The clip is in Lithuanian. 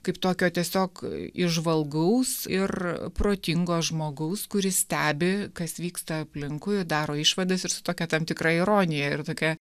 kaip tokio tiesiog įžvalgaus ir protingo žmogaus kuris stebi kas vyksta aplinkui daro išvadas ir su tokia tam tikra ironija ir tokia